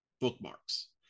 bookmarks